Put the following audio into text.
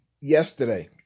yesterday